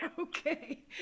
Okay